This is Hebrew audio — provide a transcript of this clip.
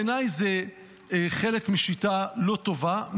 בעיניי זה חלק משיטה לא טובה,